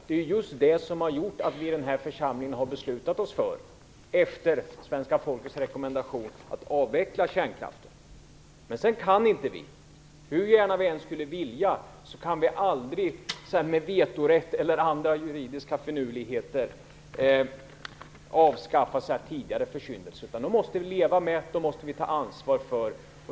Det är just det som har gjort att vi i den här församlingen, efter svenska folkets rekommendation, har beslutat oss för att avveckla kärnkraften. Sedan kan vi aldrig, hur gärna vi än skulle vilja, med vetorätt eller andra juridiska finurligheter avskaffa tidigare försyndelser. Dem måste vi leva med. Dem måste vi ta ansvar för.